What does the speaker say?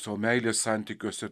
savo meilės santykiuose